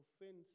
Offense